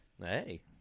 Hey